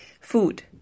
Food